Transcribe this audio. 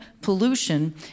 pollution